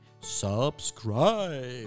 subscribe